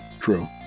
True